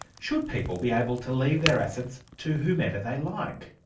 should people be able to leave their assets to whomever they like,